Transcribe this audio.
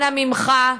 אנא ממך,